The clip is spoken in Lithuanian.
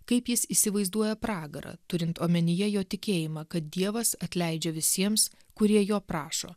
kaip jis įsivaizduoja pragarą turint omenyje jo tikėjimą kad dievas atleidžia visiems kurie jo prašo